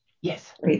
Yes